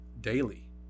daily